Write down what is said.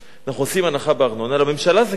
אנחנו עושים הנחה בארנונה, לממשלה זה קל,